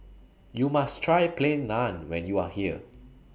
YOU must Try Plain Naan when YOU Are here